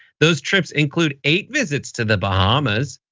those trips include eight visits to the bahamas,